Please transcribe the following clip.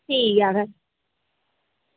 ठीक ऐ फिर